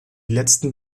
letzten